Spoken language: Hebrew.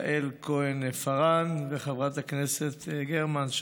חברת הכנסת יעל כהן-פארן וחברת הכנסת גרמן,